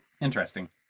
Interesting